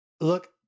look